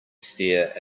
stare